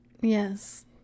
yes